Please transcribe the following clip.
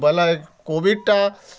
ବୋଲେ କୋଭିଡ଼୍ଟା